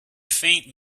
faint